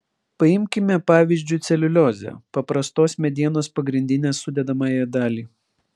paimkime pavyzdžiu celiuliozę paprastos medienos pagrindinę sudedamąją dalį